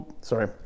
sorry